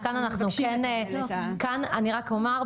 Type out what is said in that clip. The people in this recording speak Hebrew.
אז כאן אנחנו כן כאן אני רק אומר: